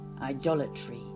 idolatry